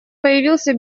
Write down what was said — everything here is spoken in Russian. появился